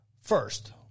First